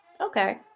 Okay